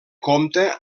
compta